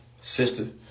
Sister